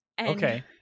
Okay